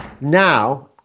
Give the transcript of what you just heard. now